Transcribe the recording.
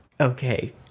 Okay